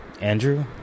Andrew